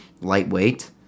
Lightweight